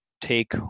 take